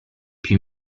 più